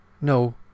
no